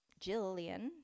Jillian